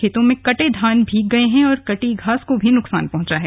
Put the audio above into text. खेतों में कटे धान भीग गए हैं और कटी घास को भी नुकसान पहुंच रहा है